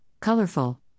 colorful